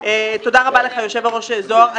תודה רבה לך, היושב-ראש זוהר.